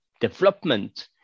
development